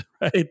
right